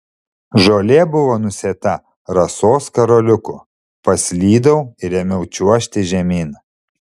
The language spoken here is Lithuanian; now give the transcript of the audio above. žolė buvo nusėta rasos karoliukų paslydau ir ėmiau čiuožti žemyn